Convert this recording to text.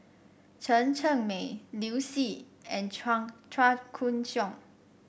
Chen Cheng Mei Liu Si and Chua Koon Siong